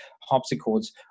harpsichords